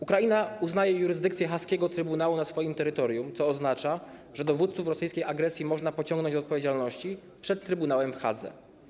Ukraina uznaje jurysdykcję haskiego Trybunału na swoim terytorium, co oznacza, że dowódców rosyjskiej agresji można pociągnąć do odpowiedzialności przed Trybunałem w Hadze.